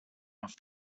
off